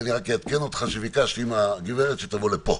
אז אני רק אעדכן אותך שביקשתי מהגברת שתבוא לפה.